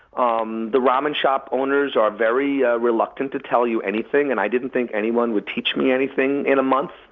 um the ramen shop owners are very ah reluctant to tell you anything and i didn't think anyone would teach me anything in a month,